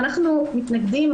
אנחנו מתנגדים,